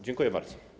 Dziękuję bardzo.